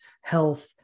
health